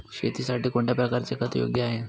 शेतीसाठी कोणत्या प्रकारचे खत योग्य आहे?